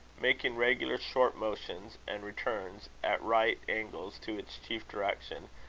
making regular short motions and returns, at right angles to its chief direction,